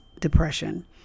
depression